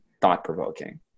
thought-provoking